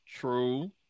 True